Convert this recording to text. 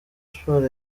sport